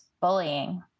bullying